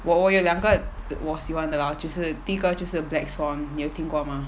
我我有两个我喜欢的啦就是第一个就是 black swan 你有听过吗